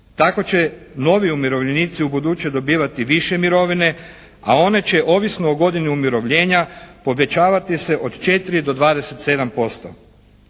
Tako će novi umirovljenici u buduće dobivati više mirovine a one će ovisno o godini umirovljenja povećavati se od 4 do 27%.